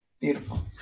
beautiful